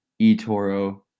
eToro